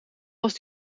was